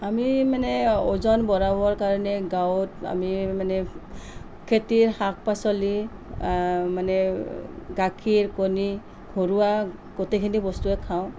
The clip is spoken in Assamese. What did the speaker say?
আমি মানে ওজন বঢ়াবৰ কাৰণে গাঁৱত আমি মানে খেতিৰ শাক পাচলি মানে গাখীৰ কণী ঘৰুৱা গোটেইখিনি বস্তুৱেই খাওঁ